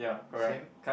same